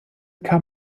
kam